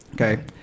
okay